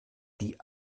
die